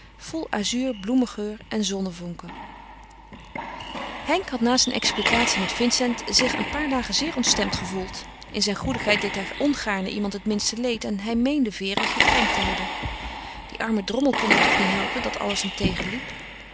vol azuur bloemengeur en zonnevonken henk had na zijn explicatie met vincent zich een paar dagen zeer ontstemd gevoeld in zijn goedigheid deed hij ongaarne iemand het minste leed en hij meende vere gekrenkt te hebben die arme drommel kon het toch niet helpen dat alles hem